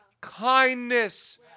kindness